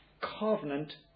covenant